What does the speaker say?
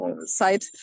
site